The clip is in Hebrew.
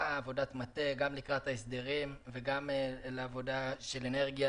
עבודת מטה לקראת ההסדרים וגם לעבודה של אנרגיה.